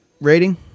rating